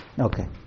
Okay